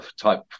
type